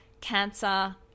cancer